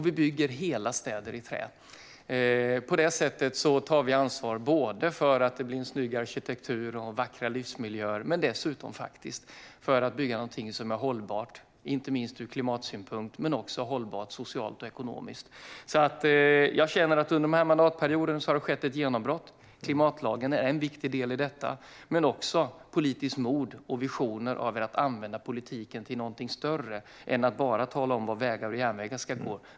Vi bygger hela städer i trä. På det sättet tar vi ansvar både för att det blir en snygg arkitektur och vackra livsmiljöer och dessutom för att bygga någonting som är hållbart. Det gäller inte minst ur klimatsynpunkt, men det är också hållbart socialt och ekonomiskt. Jag känner att det under den här mandatperioden har skett ett genombrott. Klimatlagen är en viktig del i detta. Men det är också politiskt mod och visioner att använda politiken till någonting större än att bara tala om var vägar och järnvägar ska gå.